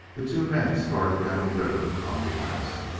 the two men started down the river on the ice.